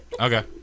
Okay